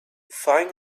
find